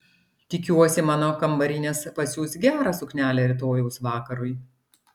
tikiuosi mano kambarinės pasiūs gerą suknelę rytojaus vakarui